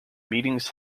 meetings